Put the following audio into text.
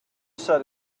said